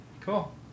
Cool